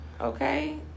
Okay